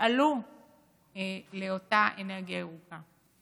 יפעלו לאותה אנרגיה ירוקה.